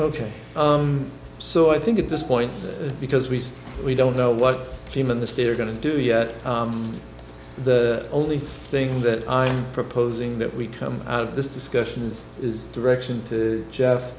ok so i think at this point because we we don't know what team in the state are going to do the only thing that i'm proposing that we come out of this discussion is is direction to j